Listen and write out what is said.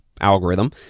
algorithm